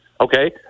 Okay